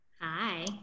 Hi